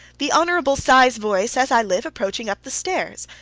the hon. cy's voice, as i live, approaching up the stairs.